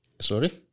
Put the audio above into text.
Sorry